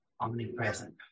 Omnipresent